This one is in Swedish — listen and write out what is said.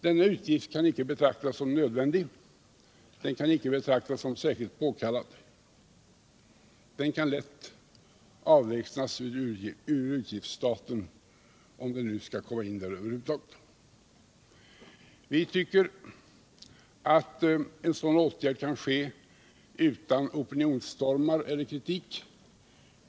Denna utgift kan icke betraktas som nödvändig, icke som särskilt påkallad. Vi tycker att en sådan åtgärd kan ske utan opinionsstormar eller kritik.